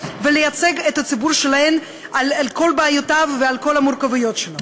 ולייצג את הציבור שלהן על כל בעיותיו ועל כל המורכבויות שלו.